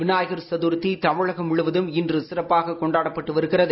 விநாயகர் சதுர்த்தி தமிழகம் முழுவதும் இன்று சிறப்பாக கொண்டாடப்பட்டு வருகிறது